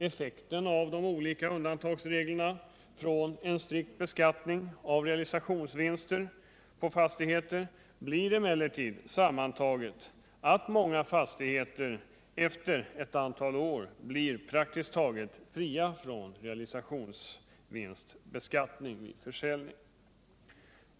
Effekten av de olika undantagsreglerna från en strikt beskattning av realisationsvinster på fastigheter blir emellertid sammantaget att många fastigheter efter ett antal år blir praktiskt taget fria från realisationsvinstbeskattning vid försäljning.